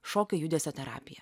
šokio judesio terapija